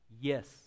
Yes